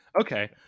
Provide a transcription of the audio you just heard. Okay